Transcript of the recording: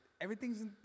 everything's